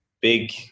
big